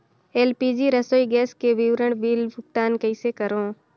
LPG रसोई gas के विवरण बिल भुगतान कइसे करों?